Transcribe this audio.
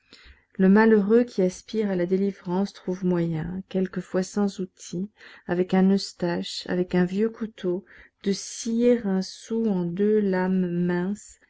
le malheureux qui aspire à la délivrance trouve moyen quelquefois sans outils avec un eustache avec un vieux couteau de scier un sou en deux lames minces